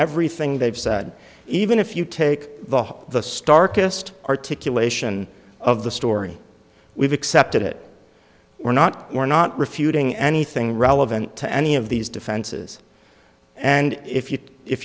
everything they've said even if you take the whole the starkest articulation of the story we've accepted it we're not we're not refuting anything relevant to any of these defenses and if you if